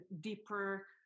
deeper